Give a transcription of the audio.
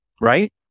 right